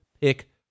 pick